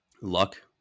luck